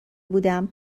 بودم